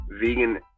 Vegan